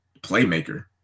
playmaker